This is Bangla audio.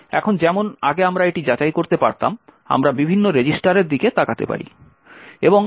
এখন যেমন আগে আমরা এটি যাচাই করতে পারতাম আমরা বিভিন্ন রেজিস্টারের দিকে তাকাতে পারি